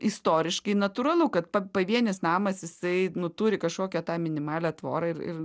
istoriškai natūralu kad pa pavienis namas jisai nu turi kažkokią tą minimalią tvorą ir ir